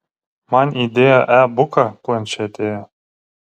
man įdėjo e buką planšetėje